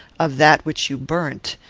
of that which you burnt,